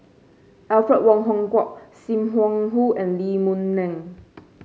Alfred Wong Hong Kwok Sim Wong Hoo and Lee Boon Ngan